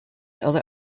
other